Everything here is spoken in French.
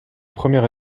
premier